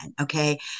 okay